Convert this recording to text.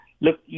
look